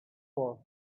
for